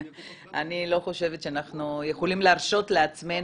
לא יהיה --- אני לא חושבת שאנחנו יכולים להרשות לעצמנו,